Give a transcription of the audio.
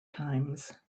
times